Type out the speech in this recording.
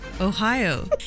Ohio